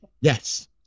Yes